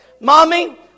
Mommy